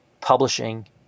publishing